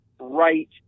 right